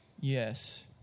Yes